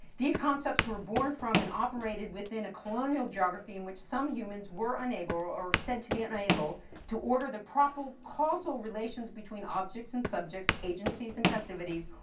these concepts were born from and operated within a colonial geography in which some humans were unable or said to be unable to order the proper causal relations between objects and subjects, agencies and passivities,